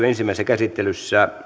ensimmäisessä käsittelyssä